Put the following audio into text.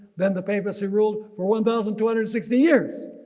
then the papacy ruled for one thousand two hundred sixty years.